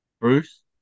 Bruce